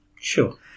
Sure